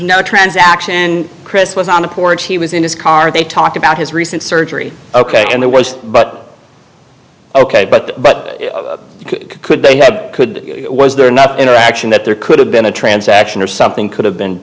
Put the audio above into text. no transaction and chris was on the porch he was in his car they talked about his recent surgery ok and the worst but ok but but could they have could was there not interaction that there could have been a transaction or something could have been